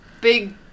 big